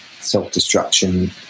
self-destruction